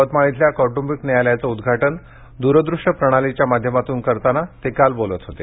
यवतमाळ इथल्या कौटुंबिक न्यायालयाचं उद्घाटन दूरदृष्य प्रणालीच्या माध्यमातून करताना ते काल बोलत होते